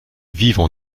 vivent